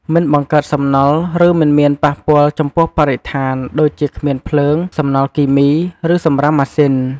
មិនបង្កើតសំណល់ ឬមិនមានប៉ះពាល់ចំពោះបរិស្ថាន ដូចជា គ្មានភ្លើង សំណល់គីមី ឬសំរាមម៉ាស៊ីន។